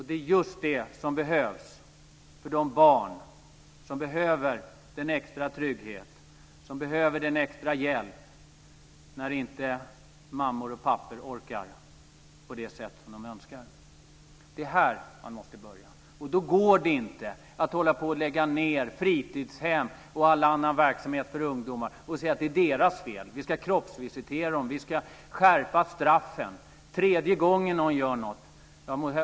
Det är just det som behövs för de barn som behöver extra trygghet och hjälp när mammor och pappor inte orkar på det sätt som de önskar. Det är här man måste börja. Då går det inte att hålla på och lägga ned fritidshem och all annan verksamhet för ungdomar och säga att det är ungdomarnas fel. Vi ska kroppsvisitera dem, säger man. Och vi ska skärpa straffen! Den tredje gången man gör något ska det vara maxstraff.